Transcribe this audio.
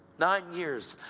nine years.